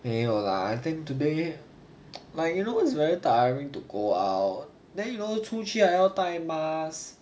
没有啦 I think today like you know is very tiring to go out then you know 出去还要带 mask